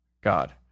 God